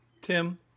Tim